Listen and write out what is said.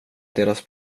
deras